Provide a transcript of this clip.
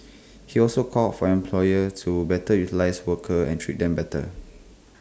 he also called for employers to better utilise workers and treat them better